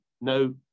no